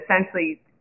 essentially